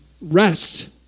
rest